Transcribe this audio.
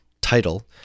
title